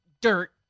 dirt